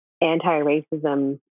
anti-racism